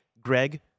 greg